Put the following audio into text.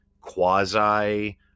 quasi